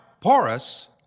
porous